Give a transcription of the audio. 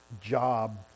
job